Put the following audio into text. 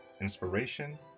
Inspiration